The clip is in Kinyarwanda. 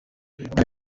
diane